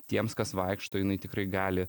tiems kas vaikšto jinai tikrai gali